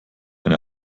eine